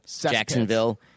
Jacksonville